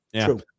True